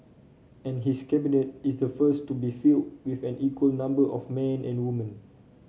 and his Cabinet is the first to be filled with equal number of men and women